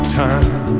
time